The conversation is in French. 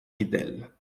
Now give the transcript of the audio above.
guidel